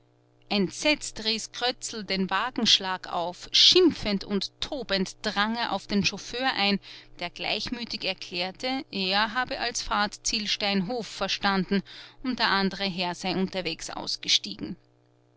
entsetzt riß krötzl den wagenschlag auf schimpfend und tobend drang er auf den chauffeur ein der gleichmütig erklärte er habe als fahrtziel steinhof verstanden und der andere herr sei unterwegs ausgestiegen